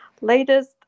latest